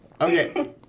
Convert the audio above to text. Okay